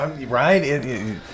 Right